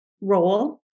role